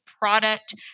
product